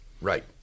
Right